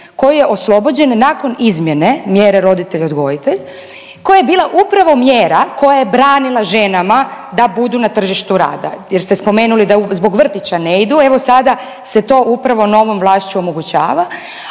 koji je oslobođen nakon izmjere mjere roditelj odgojitelj koja je bila upravo mjera koja je branila ženama da budu na tržištu rada jer ste spomenuli da zbog vrtića ne idu. Evo sada se to upravo novom vlašću omogućava,